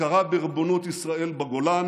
הכרה בריבונות ישראל בגולן